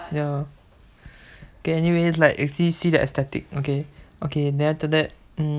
ya okay anyway like see see that aesthetics okay okay then after that